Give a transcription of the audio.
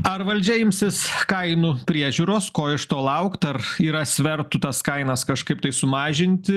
ar valdžia imsis kainų priežiūros ko iš to laukt ar yra svertų tas kainas kažkaip tai sumažinti